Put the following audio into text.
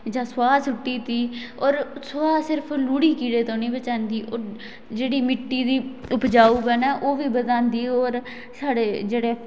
जां सूआह् सुट्टी दित्ती सुआह् सिर्फ लुड़ी कीडे़ थमां नेई बचांदी ओह् जेहड़ा मिट्टी दी उपजाऊ पन ऐ ओह् बी बधादी और साढ़े जेहडे़